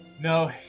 No